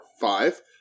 five